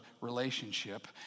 relationship